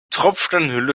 tropfsteinhöhle